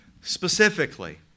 specifically